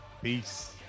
Peace